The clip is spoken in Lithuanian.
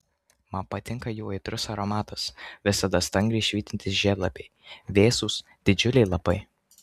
man patinka jų aitrus aromatas visada stangriai švytintys žiedlapiai vėsūs didžiuliai lapai